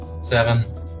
Seven